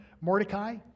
Mordecai